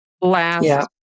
last